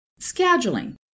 Scheduling